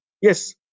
yes